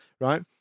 Right